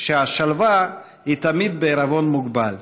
שהשלווה היא תמיד בעירבון מוגבל,